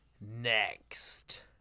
next